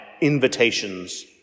invitations